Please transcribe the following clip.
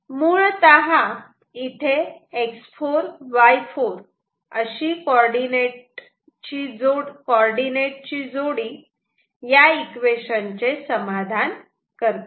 मुळतः इथे X4Y4 अशी कॉर्डीनेट ची जोडी या इक्वेशन चे समाधान करते